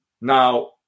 now